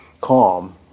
calm